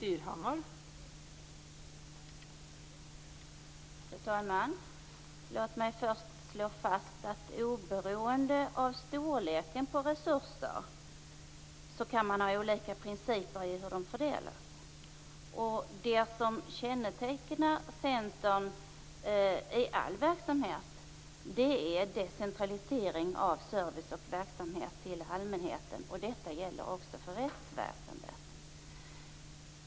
Fru talman! Låt mig först slå fast att oberoende av storleken på resurser kan man ha olika principer för hur de fördelas. Det som kännetecknar Centern i all verksamhet är decentralisering av service till allmänheten. Detta gäller också rättsväsendet.